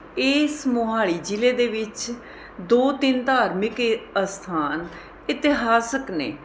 ਇਸ ਮੋਹਾਲੀ ਜ਼ਿਲ੍ਹੇ ਦੇ ਵਿੱਚ ਦੋ ਤਿੰਨ ਧਾਰਮਿਕ ਏ ਅਸਥਾਨ ਇਤਿਹਾਸਕ ਨੇ